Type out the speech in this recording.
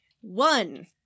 One